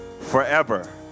forever